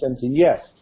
Yes